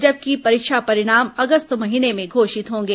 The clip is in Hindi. जबकि परीक्षा परिणाम अगस्त महीने में घोषित होंगे